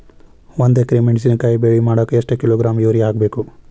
ಒಂದ್ ಎಕರೆ ಮೆಣಸಿನಕಾಯಿ ಬೆಳಿ ಮಾಡಾಕ ಎಷ್ಟ ಕಿಲೋಗ್ರಾಂ ಯೂರಿಯಾ ಹಾಕ್ಬೇಕು?